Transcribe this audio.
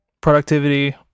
productivity